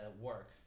work